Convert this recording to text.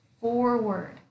forward